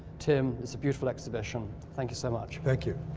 tim, it's a beautiful exhibition, thank you so much. thank you.